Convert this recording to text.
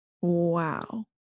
wow